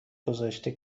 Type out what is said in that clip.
گذاشته